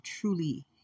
truly